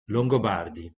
longobardi